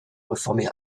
réformée